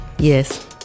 Yes